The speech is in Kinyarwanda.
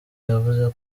yavuze